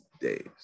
days